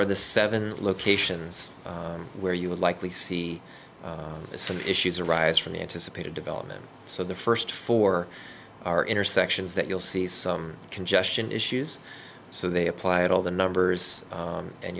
are the seven locations where you would likely see some issues arise from the anticipated development so the first four are intersections that you'll see some congestion issues so they apply at all the numbers